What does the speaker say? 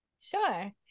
Sure